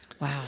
Wow